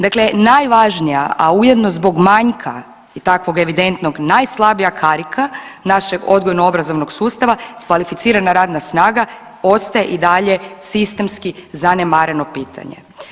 Dakle, najvažnija, a ujedno zbog manjka i takvog evidentnog najslabija karika našeg odgojno obrazovnog sustava kvalificirana radna snaga ostaje i dalje sistemski zanemareno pitanje.